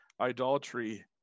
idolatry